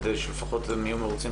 כדי שלפחות הם יהיו מרוצים,